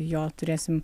jo turėsim